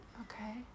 Okay